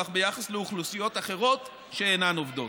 ביחס לאוכלוסיות אחרות שאינן עובדות.